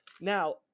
now